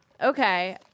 Okay